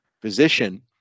position